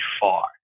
far